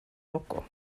loco